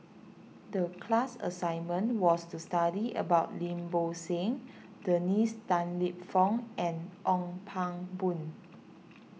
the class assignment was to study about Lim Bo Seng Dennis Tan Lip Fong and Ong Pang Boon